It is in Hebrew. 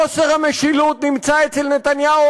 חוסר המשילות נמצא אצל נתניהו,